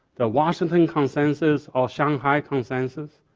the washington consensus or shanghai consensus?